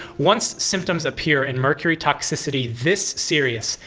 once symptoms appear in mercury toxicity this serious,